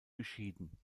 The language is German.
beschieden